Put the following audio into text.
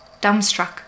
dumbstruck